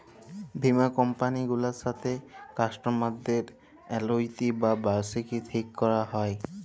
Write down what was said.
বীমা কমপালি গুলার সাথে কাস্টমারদের আলুইটি বা বার্ষিকী ঠিক ক্যরা হ্যয়